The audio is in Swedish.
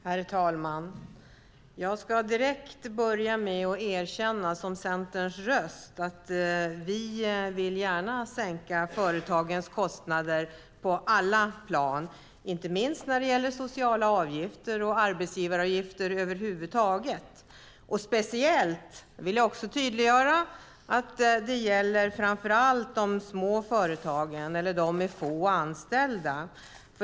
Herr talman! Jag ska genast som Centerns röst erkänna att vi gärna vill sänka företagens kostnader på alla plan. Inte minst gäller det sociala avgifter och arbetsgivaravgifter över huvud taget. Speciellt gäller det, vill jag också tydliggöra, de små företagen eller de med få anställda.